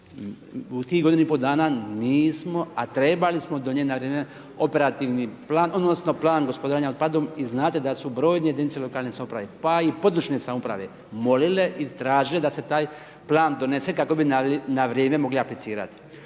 U tih godinu i pol dana nismo, a trebali smo donijeti na vrijeme, operativni plan odnosno Plan gospodarenja otpadom i znate su brojne jedinice lokalne samouprave, pa i područne samouprave molile i tražile da se taj Plan donese kako bi na vrijeme mogli aplicirati.